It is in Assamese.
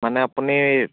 মানে আপুনি